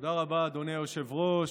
תודה רבה, אדוני היושב-ראש.